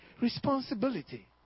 Responsibility